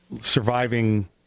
surviving